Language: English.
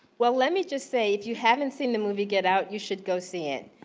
well, let me just say if you haven't seen the movie get out you should go see it.